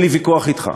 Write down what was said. אין לי ויכוח אתך.